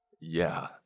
Yeah